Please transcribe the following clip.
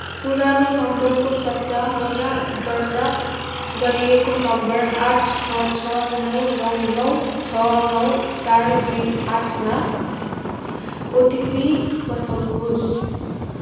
पुरानो नम्बरको सट्टा नयाँ दर्ता गरिएको नम्बर आठ छ छ नौ नौ नौ छ नौ चार दुई आठमा ओटिपी पठाउनुहोस्